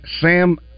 Sam